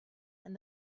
and